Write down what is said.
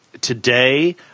today